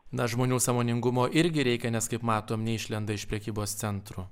na žmonių sąmoningumo irgi reikia nes kaip matom neišlenda iš prekybos centrų